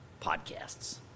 podcasts